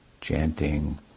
chanting